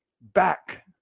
back